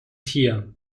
tier